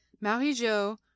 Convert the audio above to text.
Marie-Jo